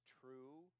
true